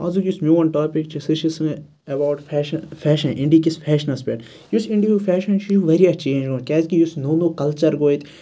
آزُک یُس میون ٹاپِک چھُ سُہ چھُ سٲنۍ ایٚواڈ فیشَن فیشَن اِنڈیِکِس فیشَنَس پیٚٹھ یُس اِنڈیِہُک فیشَن چھُ یہِ چھُ واریاہ چینٛج گوٚمُت کیازکہِ یُس نو نو کَلچَر گوٚو ییٚتہِ